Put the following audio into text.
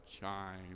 chime